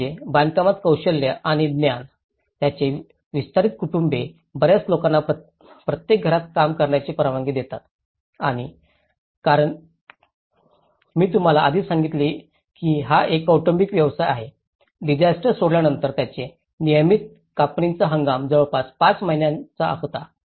एक म्हणजे बांधकामात कौशल्य आणि ज्ञान त्यांचे विस्तारित कुटुंबे बर्याच लोकांना प्रत्येक घरात काम करण्यास परवानगी देतात आणि कारण मी तुम्हाला आधीच सांगितले की हा एक कौटुंबिक व्यवसाय आहे डिसास्टर सोडल्यानंतर त्यांचे नियमित कापणीचा हंगाम जवळपास 5 महिन्यांचा होता